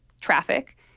traffic